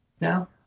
No